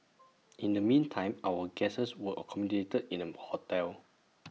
in the meantime our guests were accommodated in A hotel